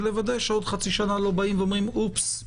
לוודא שעוד חצי שנה לא יגידו: אופס,